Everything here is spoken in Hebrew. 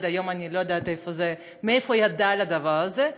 ועד היום אני לא יודעת מאיפה היא ידעה על הדבר הזה,